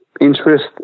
interest